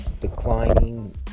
declining